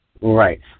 Right